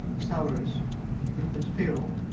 salaries which means payroll.